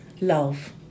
love